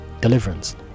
deliverance